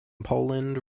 poland